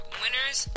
winners